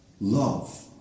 Love